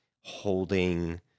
holding